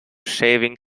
saving